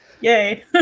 Yay